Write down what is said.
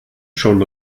schon